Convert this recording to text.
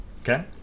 Okay